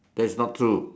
that's not true